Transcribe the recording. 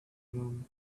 moment